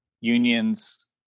unions